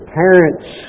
parent's